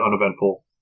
uneventful